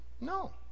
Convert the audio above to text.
No